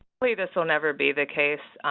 hopefully, this will never be the case.